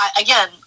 again